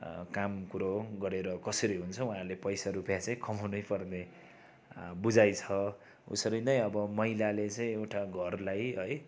काम कुरो गरेर कसरी हुन्छ उहाँहरूले पैसा रुपियाँ चाहिँ कमाउनैपर्ने बुझाइ छ उसरी नै अब महिलाले चाहिँ एउटा घरलाई है